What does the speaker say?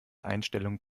einstellung